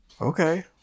okay